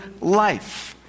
life